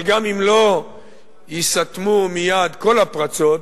אבל גם אם לא ייסתמו מייד כל הפרצות,